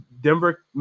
denver